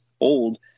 old